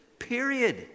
period